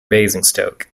basingstoke